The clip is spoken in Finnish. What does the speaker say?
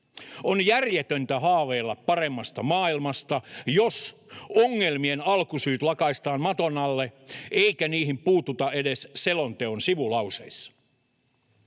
On järjetöntä haaveilla paremmasta maailmasta, jos ongelmien alkusyyt lakaistaan maton alle eikä niihin puututa edes selonteon sivulauseissa.